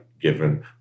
given